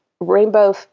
Rainbow